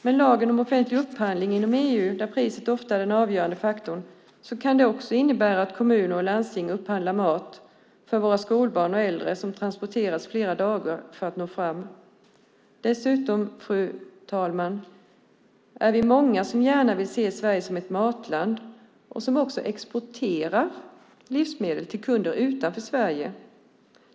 Med lagen om offentlig upphandling inom EU, där priset ofta är den avgörande faktorn, kan det innebära att kommunerna och landstingen upphandlar mat som transporteras flera dagar för att nå fram till våra skolbarn och äldre. Dessutom, fru talman, är vi många som gärna vill se Sverige som ett matland som exporterar livsmedel till kunder utanför Sverige.